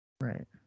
Right